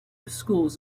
schools